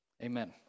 Amen